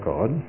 God